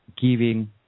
giving